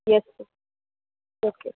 yes okay